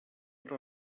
per